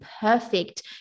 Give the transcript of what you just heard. perfect